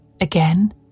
Again